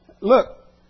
look